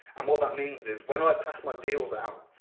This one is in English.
and what that means is when i pass my deals out,